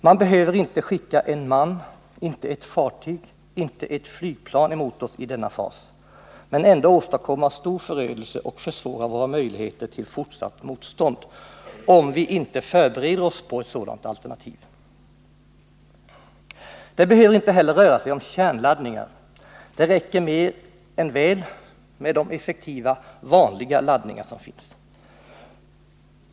Man behöver inte skicka en man, inte ett fartyg. inte ett flygplan emot oss i denna fas, men ändå åstadkomma stor förödelse och försvåra våra möjligheter till fortsatt motstånd. om vi inte förbereder oss på ett sådant alternativ. Det behöver inte heller röra sig om kärnladdningar — det räcker mer än väl med de effektiva ”vanliga” laddningar som finns.